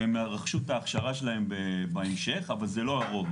שהם רכשו את ההכשרה שלהם בהמשך, אבל זה לא הרוב.